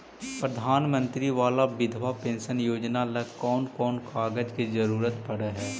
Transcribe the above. प्रधानमंत्री बाला बिधवा पेंसन योजना ल कोन कोन कागज के जरुरत पड़ है?